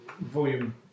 volume